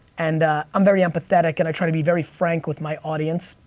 and i'm very empathetic and i try to be very frank with my audience.